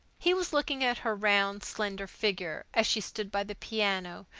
he was looking at her round slender figure, as she stood by the piano,